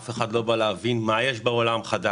אף אחד לא בא להבין מה יש בעולם הזה,